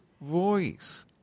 voice